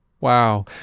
Wow